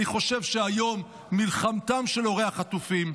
אני חושב שהיום מלחמתם של הורי החטופים,